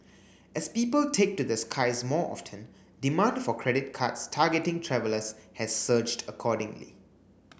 as people take to the skies more often demand for credit cards targeting travellers has surged accordingly